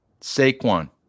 Saquon